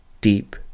deep